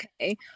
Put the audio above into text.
Okay